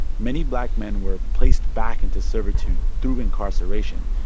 many black men were placed back into servitude through incarceration,